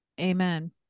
amen